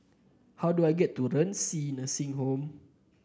how do I get to Renci Nursing Home